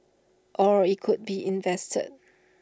or IT could be invested